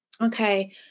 okay